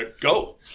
go